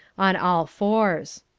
on all fours.